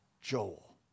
Joel